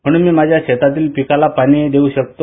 म्हणून मी माझ्या शेतातील पिकाला पाणी देऊ शकतो